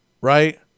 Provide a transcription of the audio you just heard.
right